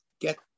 get